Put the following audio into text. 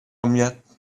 yet